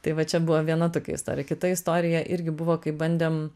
tai va čia buvo viena tokia istorija kita istorija irgi buvo kai bandėm